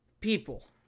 People